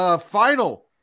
Final